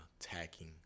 attacking